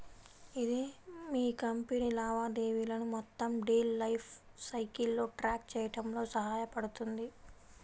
ఇది మీ కంపెనీ లావాదేవీలను మొత్తం డీల్ లైఫ్ సైకిల్లో ట్రాక్ చేయడంలో సహాయపడుతుంది